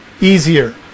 easier